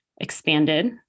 expanded